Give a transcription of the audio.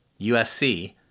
USC